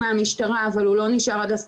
מבחינתנו אנחנו צריכים להתחיל לעבוד